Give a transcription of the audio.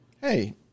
hey